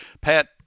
pat